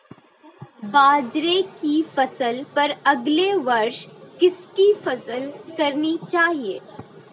बाजरे की फसल पर अगले वर्ष किसकी फसल करनी चाहिए?